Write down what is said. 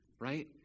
Right